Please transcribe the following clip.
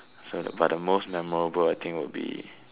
so the but the most memorable I think would be